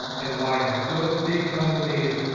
and widex. those big companies,